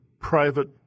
private